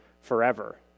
forever